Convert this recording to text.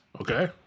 Okay